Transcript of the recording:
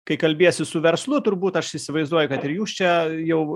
kai kalbiesi su verslu turbūt aš įsivaizduoju kad ir jūs čia jau